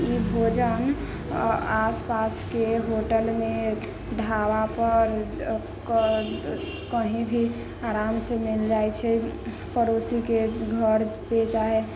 ई भोजन आसपासके होटलमे ढाबापर कहीँ भी आरामसँ मिल जाइ छै पड़ोसीके घरपर चाहे